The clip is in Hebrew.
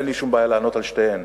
אין לי שום בעיה לענות על שתיהן,